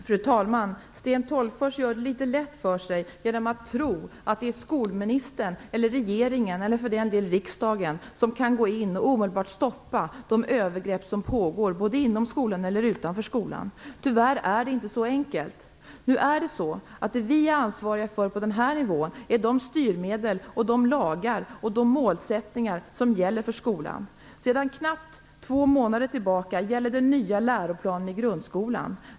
Fru talman! Sten Tolgfors gör det litet lätt för sig genom att tro att skolministern, regeringen eller för den delen riksdagen omedelbart kan stoppa övergrepp som pågår innanför eller utanför skolan. Det är tyvärr inte så enkelt. Det som vi är ansvariga för på vår nivå är de styrmedel, de lagar och målsättningar som gäller för skolan. Sedan knappt två månader tillbaka gäller den nya läroplanen i grundskolan.